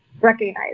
recognize